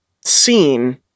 seen